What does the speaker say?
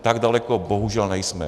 Tak daleko bohužel nejsme.